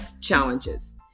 Challenges